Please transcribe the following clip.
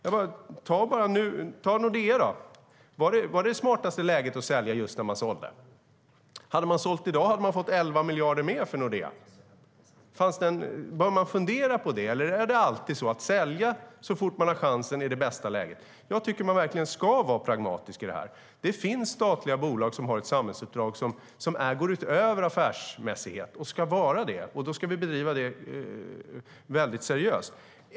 Se på Nordea. Var det smartaste läget att sälja när man sålde? Hade man sålt i dag hade man fått 11 miljarder mer för Nordea. Bör man fundera på det, eller är det alltid så att sälja så fort det blir en chans är det bästa läget? Jag tycker verkligen att man ska vara pragmatisk. Det finns statliga bolag som har ett samhällsuppdrag som går utöver affärsmässighet. Det ska vara så. Den verksamheten ska bedrivas seriöst.